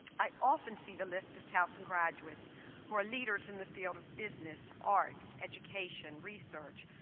i often see the list of towson graduates who are leaders in the field of business, arts, education, research,